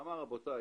ואמר: רבותיי,